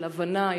של הבנה.